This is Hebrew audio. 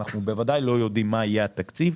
ואנחנו בוודאי לא יודעים מה יהיה התקציב.